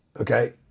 Okay